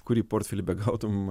kurį portfelį begautum